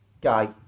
Guy